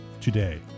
today